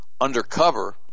undercover